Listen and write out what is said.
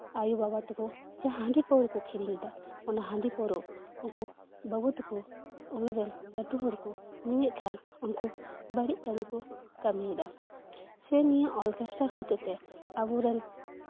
ᱟᱭᱳᱼᱵᱟᱵᱟ ᱛᱟᱠᱚ ᱡᱟᱦᱟᱸ ᱦᱟᱺᱰᱤ ᱯᱟᱹᱣᱨᱟᱹ ᱠᱚ ᱟᱠᱷᱨᱤᱧᱮᱫᱟ ᱚᱱᱟ ᱦᱟᱺᱰᱤ ᱯᱟᱹᱣᱨᱟᱹ ᱩᱱᱠᱩ ᱵᱟᱹᱵᱩ ᱛᱟᱠᱚ ᱩᱢᱮᱨ ᱨᱮᱱ ᱞᱟᱹᱴᱩ ᱦᱚᱲ ᱠᱚ ᱧᱩᱭᱮᱜ ᱠᱷᱟᱱ ᱩᱱᱠᱩ ᱵᱟᱹᱲᱤᱡ ᱠᱟᱹᱢᱤ ᱠᱚ ᱠᱟᱹᱢᱤᱭᱮᱫᱟ ᱥᱮ ᱱᱤᱭᱟᱹ ᱚᱨᱠᱮᱥᱴᱟᱨ ᱦᱚᱛᱮ ᱛᱮ ᱟᱵᱚ ᱨᱮᱱ